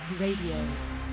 Radio